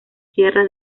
sierra